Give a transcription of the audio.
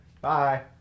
Bye